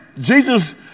Jesus